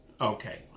Okay